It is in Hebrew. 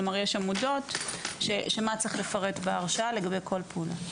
יש עמודות מה צריך לפרט בהרשאה לגבי כל פעולה.